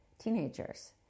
teenagers